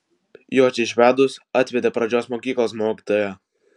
jočį išvedus atvedė pradžios mokyklos mokytoją